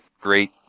great